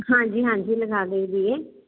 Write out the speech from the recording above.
ਹਾਂਜੀ ਹਾਂਜੀ ਲਗਾ ਦਿਓ ਜੀ ਇਹ